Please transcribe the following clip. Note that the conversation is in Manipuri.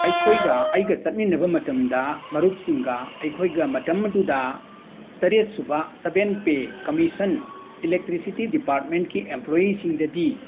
ꯑꯩꯈꯣꯏꯒ ꯑꯩꯒ ꯆꯠꯃꯤꯟꯅꯕ ꯃꯇꯝꯗ ꯃꯔꯨꯞꯁꯤꯡꯒ ꯑꯩꯈꯣꯏꯒ ꯃꯇꯝ ꯑꯗꯨꯗ ꯇꯔꯦꯠ ꯁꯨꯕ ꯁꯕꯦꯟ ꯄꯦ ꯀꯃꯤꯁꯟ ꯏꯂꯦꯛꯇ꯭ꯔꯤꯁꯤꯇꯤ ꯗꯤꯄꯥꯔꯠꯃꯦꯟꯠꯀꯤ ꯑꯦꯝꯄ꯭ꯂꯣꯌꯤꯁꯤꯡꯗꯗꯤ